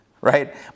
right